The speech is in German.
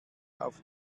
auf